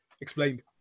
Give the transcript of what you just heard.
Explained